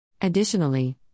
Additionally